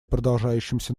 продолжающимся